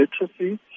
literacy